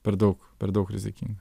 per daug per daug rizikinga